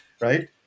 right